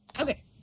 Okay